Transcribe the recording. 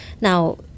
Now